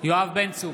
יואב בן צור,